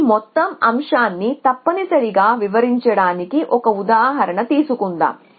ఈ మొత్తం అంశాన్ని తప్పనిసరిగా వివరించడానికి ఒక ఉదాహరణ తీసుకుందాం